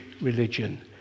religion